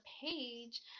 page